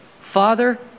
Father